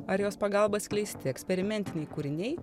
ar jos pagalba skleisti eksperimentiniai kūriniai